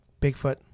Bigfoot